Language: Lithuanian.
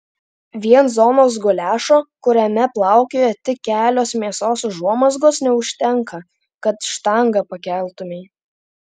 vien zonos guliašo kuriame plaukioja tik kelios mėsos užuomazgos neužtenka kad štangą pakeltumei